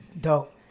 Dope